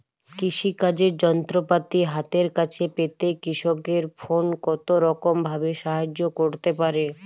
কৃষিকাজের যন্ত্রপাতি হাতের কাছে পেতে কৃষকের ফোন কত রকম ভাবে সাহায্য করতে পারে?